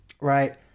Right